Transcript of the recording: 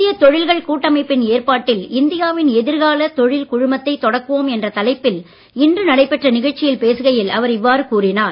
இந்திய தொழில்கள் கூட்டமைப்பின் ஏற்பாட்டில் இந்தியாவின் எதிர்கால தொழில் குழுமத்தை தொடக்குவோம் என்ற தலைப்பில் இன்று நடைபெற்ற நிகழ்ச்சியில் பேசுகையில் அவர் இவ்வாறு கூறினார்